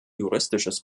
juristisches